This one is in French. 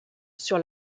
sur